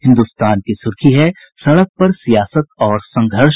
हिन्दुस्तान की सुर्खी है सड़क पर सियासत और संघर्ष